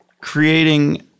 creating